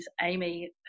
Amy